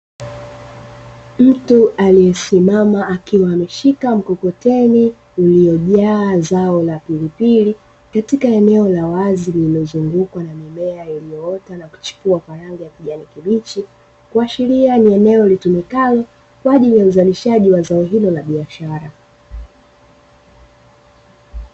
Mtu aliyesimama akiwa ameshika mkokoteni uliojaa zao la pilipili katika eneo la wazi lililozungukwa na mimea iliyoota na kuchipua kwa rangi ya kijani kibichi, kuashiria ni eneo litumikalo kwa ajili ya uzalishaji wa zao hilo la biashara.